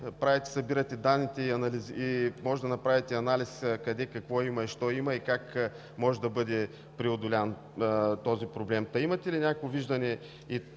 събирате данните и можете да направите анализ къде какво има и как може да бъде преодолян този проблем. Та, имате ли някакво виждане и по този